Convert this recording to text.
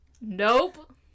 Nope